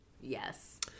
Yes